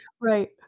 Right